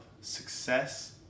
success